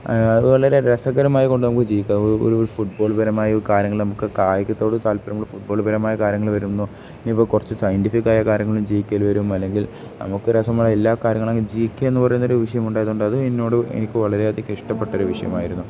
അതുവളരെ രസകരമായി കൊണ്ട് നമുക്ക് ജി കെ ഒരു ഫുട്ബോൾപരമായ കാര്യങ്ങൾ നമുക്ക് കായികത്തോട് താല്പര്യമുള്ള ഫുട്ബോൾപരമായ കാര്യങ്ങൾ വരുന്നു ഇനിയിപ്പോൾ കുറച്ച് സയൻറിഫിക്കായ കാര്യങ്ങളും ജി ക്കെ യിൽ വരും അല്ലെങ്കിൽ നമുക്ക് രസമുള്ള എല്ലാ കാര്യങ്ങളും ജി ക്കെ എന്ന് പറയുന്ന ഒരു വിഷയം ഉണ്ടായതുകൊണ്ട് അത് എന്നോട് എനിക്ക് വളരെയധികം ഇഷ്ടപ്പെട്ട ഒരു വിഷയമായിരുന്നു